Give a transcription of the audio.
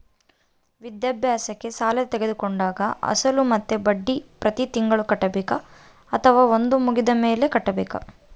ವಿದ್ಯಾಭ್ಯಾಸಕ್ಕೆ ಸಾಲ ತೋಗೊಂಡಾಗ ಅಸಲು ಮತ್ತೆ ಬಡ್ಡಿ ಪ್ರತಿ ತಿಂಗಳು ಕಟ್ಟಬೇಕಾ ಅಥವಾ ಓದು ಮುಗಿದ ಮೇಲೆ ಕಟ್ಟಬೇಕಾ?